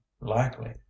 likely